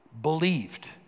believed